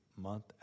month